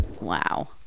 Wow